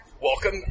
welcome